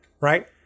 Right